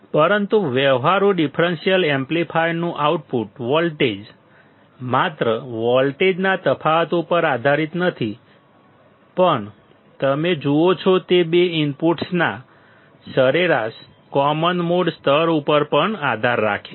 પરંતુ વ્યવહારુ ડિફરન્સીયલ એમ્પ્લીફાયરનું આઉટપુટ વોલ્ટેજ માત્ર વોલ્ટેજના તફાવત ઉપર આધારિત નથી પણ તમે જુઓ છો તે બે ઇનપુટ્સના સરેરાશ કોમન મોડ સ્તર ઉપર પણ આધાર રાખે છે